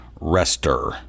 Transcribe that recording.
rester